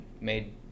made